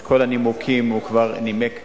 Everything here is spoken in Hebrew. את כל הנימוקים הוא כבר נימק כאן,